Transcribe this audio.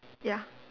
ya